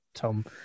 Tom